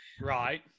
Right